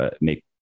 make